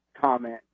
comment